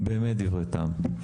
באמת דברי טעם.